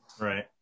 right